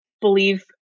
believe